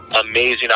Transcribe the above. amazing